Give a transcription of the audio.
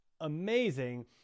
amazing